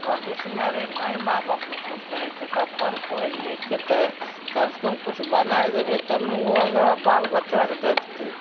भबिष्यमे रऽ नहि माइबापके किछु करैत छै तऽ अपन पढ़ि लिखके तऽ कमसँ कम किछु बनाइ देबै तब ने ओहो आगाँ बाल बच्चाके देखतै